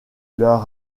leur